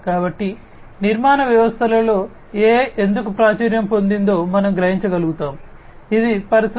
కాబట్టి నిర్మాణ వ్యవస్థలలో AI ఎందుకు ప్రాచుర్యం పొందిందో మనం గ్రహించగలుగుతాము ఇది పరిశ్రమ 4